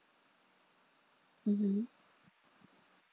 mmhmm